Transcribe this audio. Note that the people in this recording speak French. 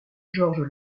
georges